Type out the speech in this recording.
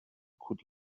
could